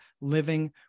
living